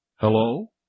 Hello